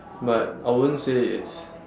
but I won't say it's